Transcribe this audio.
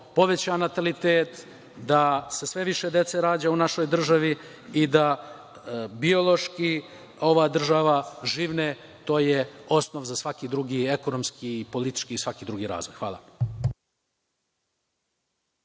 poveća natalitet, da se sve više dece rađa u našoj državi i da biološki ova država živne. To je osnov za ekonomski, politički i svaki drugi razvoj. Hvala.